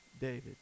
David